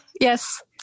yes